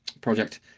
project